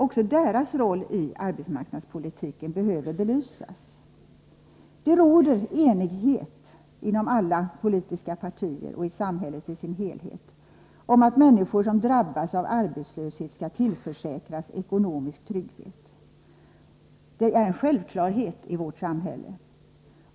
Också deras roll i arbetsmarknadspolitiken behöver belysas. Det råder enighet inom alla politiska partier och i samhället i dess helhet om att människor som drabbas av arbetslöshet skall tillförsäkras ekonomisk trygghet. Det är en självklarhet i vårt samhälle.